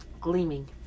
gleaming